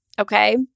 Okay